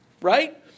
Right